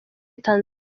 tanzania